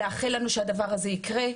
שבהחלט הדבר הזה יקרה.